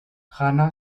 jana